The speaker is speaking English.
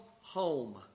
home